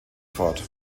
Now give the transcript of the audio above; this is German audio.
fort